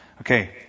Okay